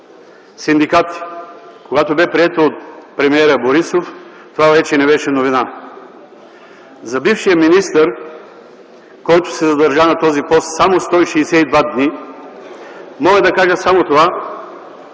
синдикати. Когато бе приета от премиера Борисов, вече не беше новина. За бившия министър, който се задържа на този пост само 162 дни, мога да кажа само това,